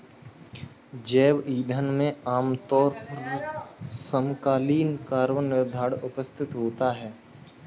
जैव ईंधन में आमतौर पर समकालीन कार्बन निर्धारण उपस्थित होता है